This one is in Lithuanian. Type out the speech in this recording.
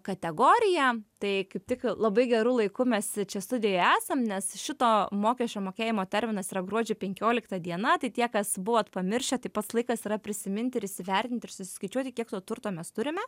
kategoriją tai kaip tik labai geru laiku mes čia studijoj esam nes šito mokesčio mokėjimo terminas yra gruodžio penkiolikta diena tai tie kas buvot pamiršę tai pats laikas yra prisiminti ir įsivertinti ir susiskaičiuoti kiek to turto mes turime